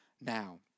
now